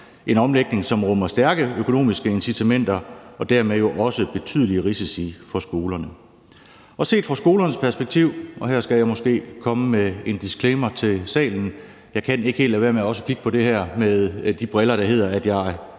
en omlægning, som rummer stærke økonomiske incitamenter og dermed jo også betydelige risici for skolerne. Og set fra skolernes perspektiv – og her skal jeg måske komme med en disclaimer til salen, for jeg kan ikke helt lade være med også at kigge på det her med de briller, der hedder, at jeg